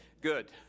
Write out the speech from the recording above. Good